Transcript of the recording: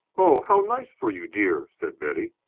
oh, how nice for you, dear! said betty.